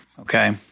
okay